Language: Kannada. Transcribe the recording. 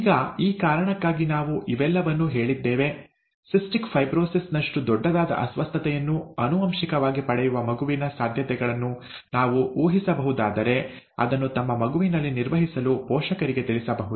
ಈಗ ಈ ಕಾರಣಕ್ಕಾಗಿ ನಾವು ಇವೆಲ್ಲವನ್ನೂ ಹೇಳಿದ್ದೇವೆ ಸಿಸ್ಟಿಕ್ ಫೈಬ್ರೋಸಿಸ್ ನಷ್ಟು ದೊಡ್ಡದಾದ ಅಸ್ವಸ್ಥತೆಯನ್ನು ಆನುವಂಶಿಕವಾಗಿ ಪಡೆಯುವ ಮಗುವಿನ ಸಾಧ್ಯತೆಗಳನ್ನು ನಾವು ಊಹಿಸಬಹುದಾದರೆ ಅದನ್ನು ತಮ್ಮ ಮಗುವಿನಲ್ಲಿ ನಿರ್ವಹಿಸಲು ಪೋಷಕರಿಗೆ ತಿಳಿಸಬಹುದು